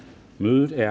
Mødet er